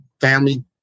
family